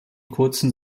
kurzen